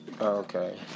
Okay